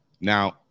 Now